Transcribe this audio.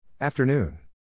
Afternoon